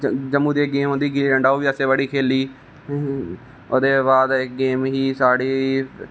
जम्मू दी गेम होंदी ही गुल्ली डंडा ओह् बी असें बड़ी खेल्ली ओहदे बाद इक गेम ही साढ़ी